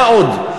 מה עוד?